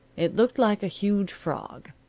it looked like a huge frog.